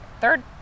third